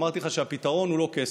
אמרתי לך שהפתרון הוא לא קסם,